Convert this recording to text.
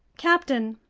captain,